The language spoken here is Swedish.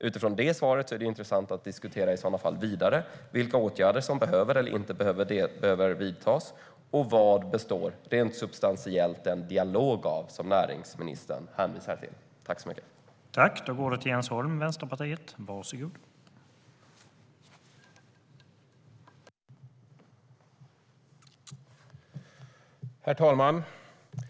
Utifrån svaret är det intressant att diskutera vidare vilka åtgärder som behöver eller inte behöver vidtas, och vad den dialog som näringsministern hänvisar till består av, rent substantiellt.